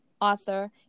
author